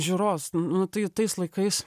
žiūros nu tai tais laikais